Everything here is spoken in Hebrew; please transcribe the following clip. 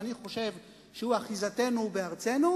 אני חושב שהוא אחיזתנו על פני ארצנו,